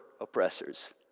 oppressors